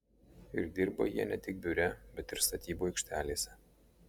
ir dirba jie ne tik biure bet ir statybų aikštelėse